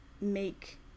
make